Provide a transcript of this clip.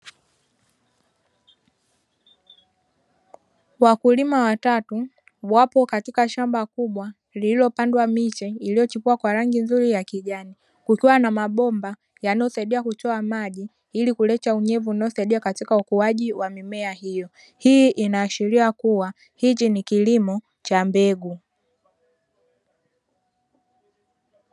Wakulima watatu wapo katika shamba kubwa lililopandwa miche iliyochipua kwa rangi nzuri ya kijani. Kukiwa na mabomba yanayosaidia kutoa maji ili kuleta unyevu unaosaidia katika ukuaji wa mimea hiyo. Hii inaashiria kuwa hichi ni kilimo cha mbegu.